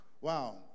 Wow